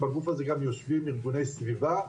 בגוף הזה גם יושבים ארגוני סביבה,